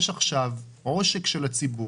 יש עושק של הציבור,